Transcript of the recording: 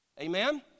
Amen